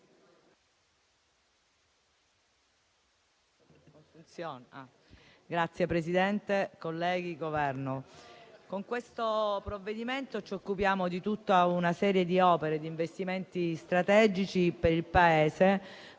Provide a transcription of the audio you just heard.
rappresentante del Governo, con questo provvedimento ci occupiamo di tutta una serie di opere e investimenti strategici per il Paese,